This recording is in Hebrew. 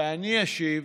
ואני אגיד: